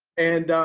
and,